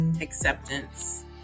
Acceptance